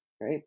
right